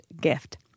gift